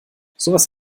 sowas